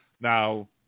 Now